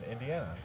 Indiana